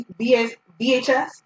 VHS